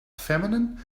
feminine